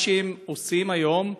מה שהם עושים היום,